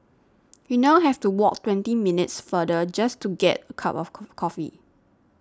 we now have to walk twenty minutes farther just to get a cup of coffee